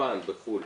אולפן בחו"ל